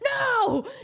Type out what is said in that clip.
No